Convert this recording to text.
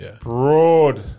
broad